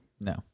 No